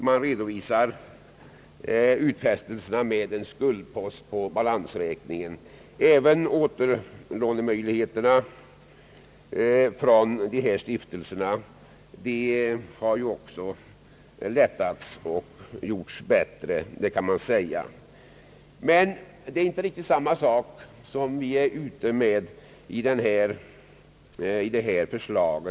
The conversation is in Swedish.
Man redovisar utfästelserna i form av en skuldpost i balansräkningen. Även möjligheterna till återlån från dessa stiftelser har förbättrats — det kan sägas. Men det är inte riktigt samma sak som vi är ute efter i vårt förslag.